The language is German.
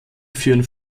führen